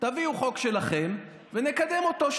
תביאו חוק שלכם ונקדם אותו,